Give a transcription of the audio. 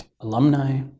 alumni